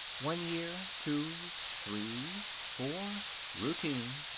one year two three four. routine.